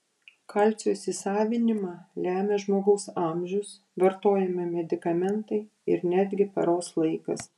kalcio įsisavinimą lemia žmogaus amžius vartojami medikamentai ir netgi paros laikas